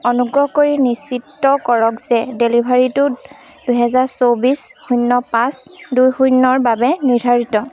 অনুগ্ৰহ কৰি নিশ্চিত কৰক যে ডেলিভাৰীটো দুই হেজাৰ চৌব্বিছ শূন্য পাঁচ দুই শূন্যৰ বাবে নিৰ্ধাৰিত